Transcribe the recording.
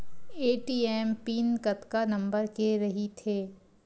ATM pin कतका number के रही थे?